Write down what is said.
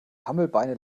hammelbeine